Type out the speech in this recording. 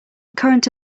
current